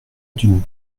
d’une